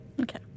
Okay